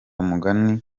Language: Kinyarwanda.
mugani